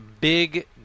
big